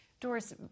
Doris